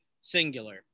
singular